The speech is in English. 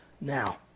now